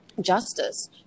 justice